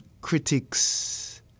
critics